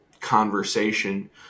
conversation